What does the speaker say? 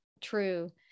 true